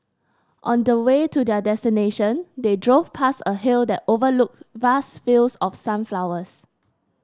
on the way to their destination they drove past a hill that overlooked vast fields of sunflowers